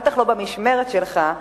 בטח לא במשמרת שלך.